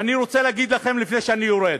ואני רוצה להגיד לכם לפני שאני יורד: